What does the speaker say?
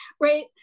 right